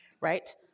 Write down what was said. right